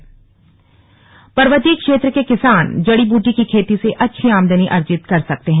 slug Nainital किसान पर्वतीय क्षेत्र के किसान जड़ी बूटी की खेती से अच्छी आमदनी अर्जित कर सकते हैं